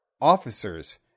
officers